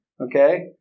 okay